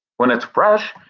when it's fresh.